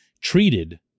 treated